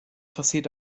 passiert